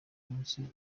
umunsi